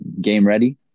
game-ready